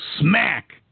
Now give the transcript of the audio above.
smack